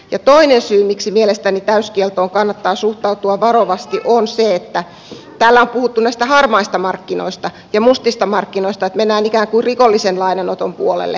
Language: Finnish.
toinen syy miksi mielestäni täyskieltoon kannattaa suhtautua varovasti on se mistä täällä on puhuttu nämä harmaat markkinat ja mustat markkinat että mennään ikään kuin rikollisen lainanoton puolelle